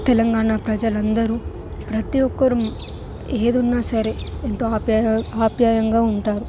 తెలంగాణ ప్రజలందరూ ప్రతి ఒక్కరూ ఏదున్నా సరే ఎంతో ఆప్యాయం ఆప్యాయంగా ఉంటారు